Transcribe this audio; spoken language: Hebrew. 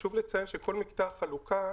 חשוב לציין שכל מקטע חלוקה,